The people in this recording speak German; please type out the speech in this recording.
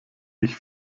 ich